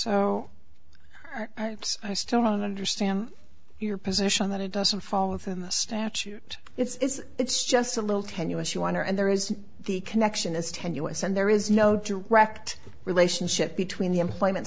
so i still don't understand your position that it doesn't fall within the statute it's it's just a little tenuous you honor and there is the connection is tenuous and there is no direct relationship between the employment